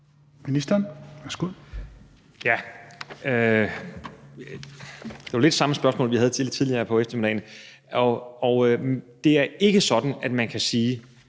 Det var jo lidt det samme spørgsmål, vi havde tidligere på eftermiddagen. Det er ikke sådan, at man kan sige,